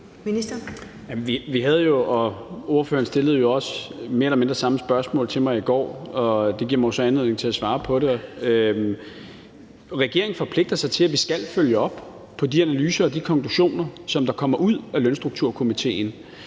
Ordføreren stillede jo også mere eller mindre det samme spørgsmål til mig i går, og det giver mig jo så anledning til at svare på det. Regeringen forpligter sig til, at vi skal følge op på de analyser og de konklusioner, som der kommer ud af lønstrukturkomitéen.